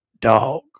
dog